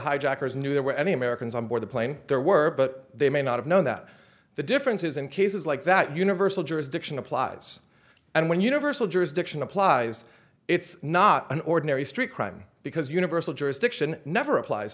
hijackers knew there were any americans on board the plane there were but they may not have known that the differences in cases like that universal jurisdiction applies and when universal jurisdiction applies it's not an ordinary street crime because universal jurisdiction never applies